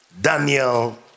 Daniel